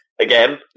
Again